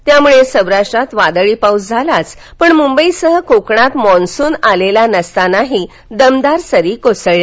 त्यामुळे सोराष्ट्रात वादळी पाऊस झालाच पण मुंबईसह कोकणात मान्सून आलेला नसतानाही दमदार सरी कोसळल्या